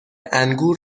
انگور